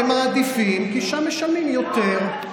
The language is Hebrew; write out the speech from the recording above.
כי אין להם חלקיות משרה.